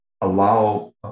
allow